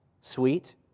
Sweet